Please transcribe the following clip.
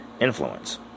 Influence